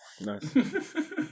Nice